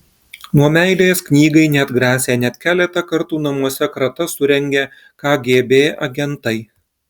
nuo meilės knygai neatgrasė net keletą kartų namuose kratas surengę kgb agentai